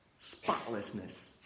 Spotlessness